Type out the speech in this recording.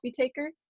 taker